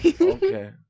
okay